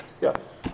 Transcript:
yes